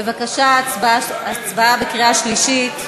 בבקשה, הצבעה בקריאה שלישית.